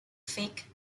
fake